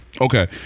Okay